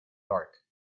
dark